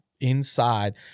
inside